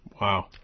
Wow